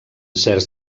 certs